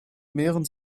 mehren